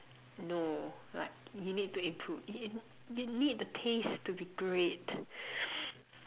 no like you need to improve you you need the taste to be great